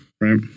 right